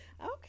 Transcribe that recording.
okay